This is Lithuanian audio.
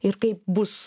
ir kaip bus